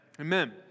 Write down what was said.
Amen